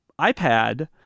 iPad